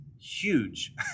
huge